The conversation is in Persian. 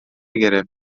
گرفت